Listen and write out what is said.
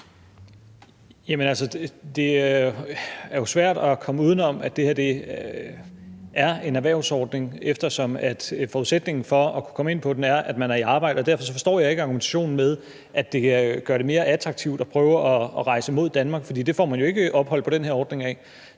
Det er jo svært at komme uden om, at det er en erhvervsordning, eftersom forudsætningen for at kunne ind på den er, at man er i arbejde, og derfor forstår jeg ikke argumentationen med, at det gør det mere attraktivt at prøve at rejse mod Danmark, fordi det får man jo ikke ophold på den her ordning af.